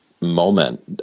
moment